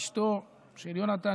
אשתו של יונתן,